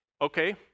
okay